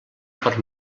per